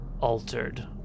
altered